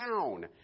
town